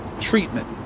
treatment